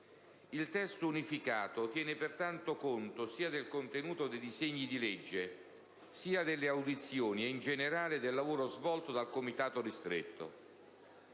Il testo unificato tiene pertanto conto sia del contenuto dei disegni di legge, sia delle audizioni e, in generale, del lavoro svolto dal Comitato ristretto.